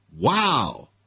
Wow